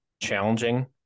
challenging